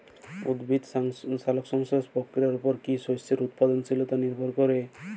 উদ্ভিদের সালোক সংশ্লেষ প্রক্রিয়ার উপর কী শস্যের উৎপাদনশীলতা নির্ভরশীল?